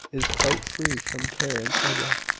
is quite free from care and trouble.